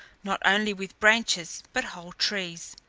not only with branches, but whole trees.